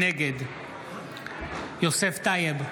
נגד יוסף טייב,